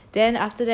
low-key